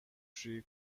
شویی